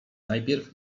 najpierw